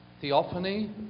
Theophany